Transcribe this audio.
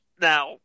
Now